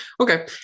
Okay